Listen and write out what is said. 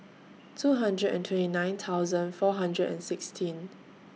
two hundred and twenty nine thousand four hundred and sixteen